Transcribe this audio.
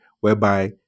whereby